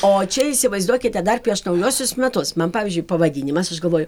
o čia įsivaizduokite dar prieš naujuosius metus man pavyzdžiui pavadinimas aš galvoju